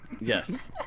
Yes